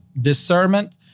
discernment